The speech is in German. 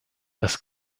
das